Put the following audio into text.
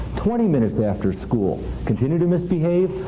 twenty minutes after school. continue to misbehave,